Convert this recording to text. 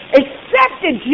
accepted